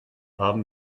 haben